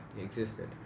existed